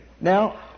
Now